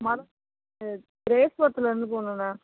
ம ரேஸ் கோர்சிலருந்து போகணுண்ண